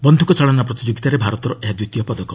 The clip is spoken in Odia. ବନ୍ଧୁକ ଚାଳନା ପ୍ରତିଯୋଗିତାରେ ଭାରତର ଏହା ଦ୍ୱିତୀୟ ପଦକ